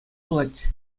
пулать